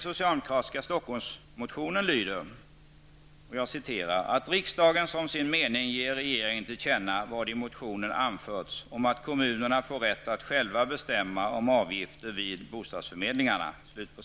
''Stockholmsmotionen'' lyder: ''att riksdagen som sin mening ger regeringen till känna vad i motionen anförts om att kommunerna får rätt att själva bestämma om avgifter vid bostadsförmedlingarna''.